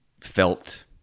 felt